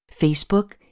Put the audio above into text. Facebook